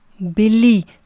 Billy